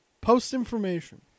Post-information